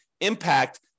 impact